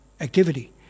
activity